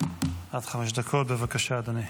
עד חמש דקות, בבקשה, אדוני.